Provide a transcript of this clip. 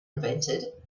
invented